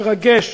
מרגש,